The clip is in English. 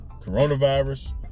coronavirus